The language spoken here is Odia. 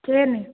ଚେନ